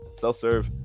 Self-serve